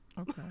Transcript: Okay